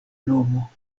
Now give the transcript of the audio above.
nomo